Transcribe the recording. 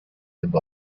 live